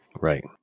Right